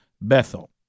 Bethel